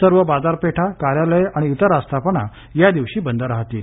सर्व बाजारपेठा कार्यालये आणि इतर आस्थापना या दिवशी बंद राहतील